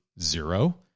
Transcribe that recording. zero